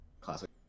classic